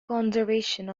conservation